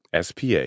SPA